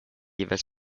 jeweils